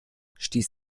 stieß